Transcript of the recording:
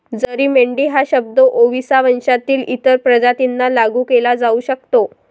जरी मेंढी हा शब्द ओविसा वंशातील इतर प्रजातींना लागू केला जाऊ शकतो